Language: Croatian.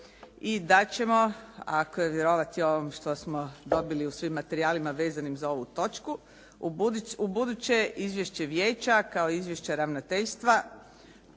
i da ćemo ako je vjerovati ovom što smo dobili u svojim materijalima vezanim za ovu točku, ubuduće izvješće vijeća kao i izvješće ravnateljstva